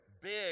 big